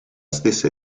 stessa